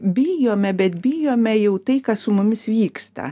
bijome bet bijome jau tai kas su mumis vyksta